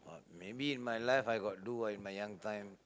maybe in my life I got do in my young time